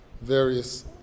various